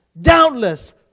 doubtless